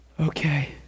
okay